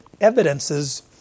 evidences